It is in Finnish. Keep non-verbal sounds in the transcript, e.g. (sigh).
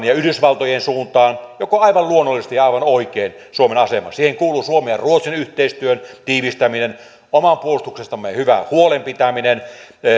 (unintelligible) ja yhdysvaltojen suuntaan mikä on aivan luonnollises ti ja aivan oikein suomen asema siihen kuuluu suomen ja ruotsin yhteistyön tiivistäminen omasta puolustuksestamme hyvän huolen pitäminen